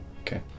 Okay